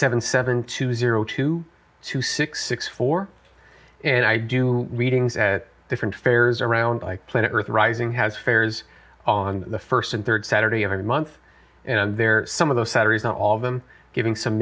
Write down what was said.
seven seven two zero two two six six four and i do readings at different fairs around like planet earth rising has fares on the first and third saturday of every month and there are some of the salaries of all of them giving some